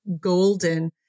golden